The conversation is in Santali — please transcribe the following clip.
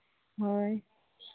ᱦᱳᱭ